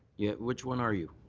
yeah which one are you?